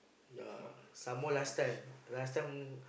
yea some more last time last time